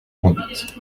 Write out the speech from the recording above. conduite